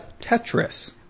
Tetris